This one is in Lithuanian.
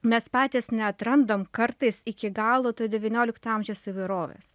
mes patys neatrandam kartais iki galo to devyniolikto amžiaus įvairovės